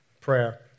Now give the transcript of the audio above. prayer